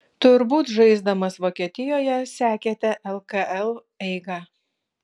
turbūt žaisdamas vokietijoje sekėte lkl eigą